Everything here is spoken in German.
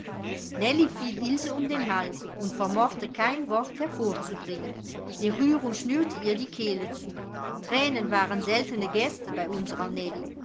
fiel ilse um den hals und vermochte kein wort hervorzubringen die rührung schnürte ihr die kehle zu thränen waren seltene gäste bei